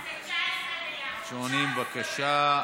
שעונים, בבקשה.